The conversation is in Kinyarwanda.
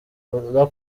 oda